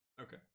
Okay